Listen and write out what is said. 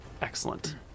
excellent